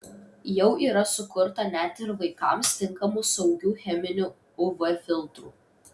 jau yra sukurta net ir vaikams tinkamų saugių cheminių uv filtrų